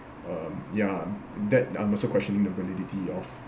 um ya that I'm also questioning the validity of